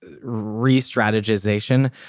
re-strategization